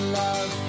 love